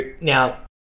now